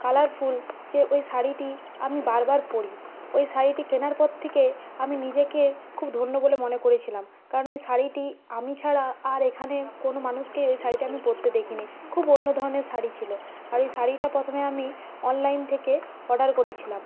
colourful যে ওই শাড়িটি আমি বারবার পরি ওই শাড়িটি কেনার পর থেকে আমি নিজেকে খুব ধন্য বলে মনে করেছিলাম কারণ ওই শাড়িটি আমি ছাড়া আর এখানে কোনও মানুষকেই ওই শাড়িটা আমি পরতে দেখিনি খুব অন্য ধরনের শাড়ি ছিল আর ওই শাড়িটা প্রথমে আমি অনলাইন থেকে অর্ডার করেছিলাম